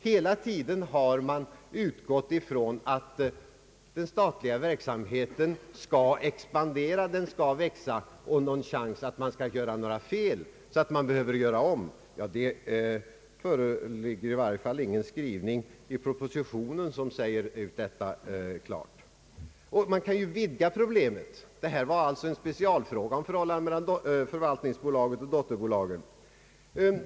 Hela tiden har man utgått ifrån att den statliga verksamheten skall expandera, och någon risk för att man skall göra fel så att man behöver göra om någonting står det ingenting klart uttryckt om i propositionen. Vi kan ju vidga problemet. Det här var en specialfråga om förhållandet mellan förvaltningsbolaget och dotterbolagen.